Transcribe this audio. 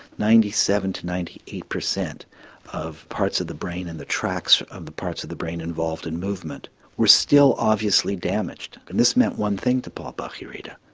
ninety seven percent to ninety eight percent of parts of the brain and the tracks of the parts of the brain involved in movement were still obviously damaged and this meant one thing to paul bach-y-rita,